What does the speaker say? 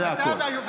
זה הכול.